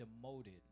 demoted